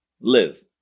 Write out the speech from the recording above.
live